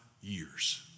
years